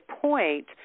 point